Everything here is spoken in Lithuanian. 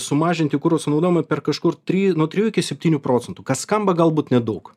sumažinti kuro sunaudojimą per kažkur tri nuo tijų iki septynių procentų kas skamba galbūt nedaug